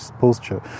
posture